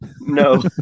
No